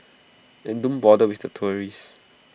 and don't bother with the tourists